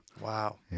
Wow